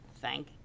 thank